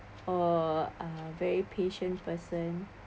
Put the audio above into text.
or uh very patient person